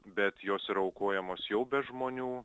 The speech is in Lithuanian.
bet jos yra aukojamos jau be žmonių